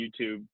YouTube